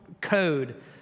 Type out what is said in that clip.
code